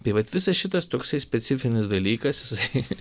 tai vat visas šitas toksai specifinis dalykas jisai